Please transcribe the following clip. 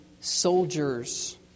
soldiers